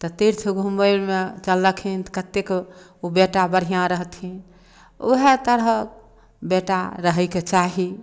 तऽ तीर्थ घुमबयमे चललखिन कतेक ओ बेटा बढ़िआँ रहथिन उएह तरहक बेटा रहयके चाही